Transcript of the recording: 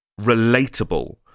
relatable